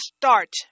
start